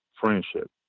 Friendship